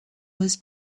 was